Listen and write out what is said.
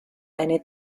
eine